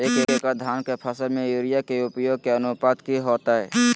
एक एकड़ धान के फसल में यूरिया के उपयोग के अनुपात की होतय?